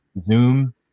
Zoom